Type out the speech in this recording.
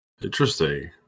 Interesting